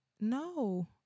No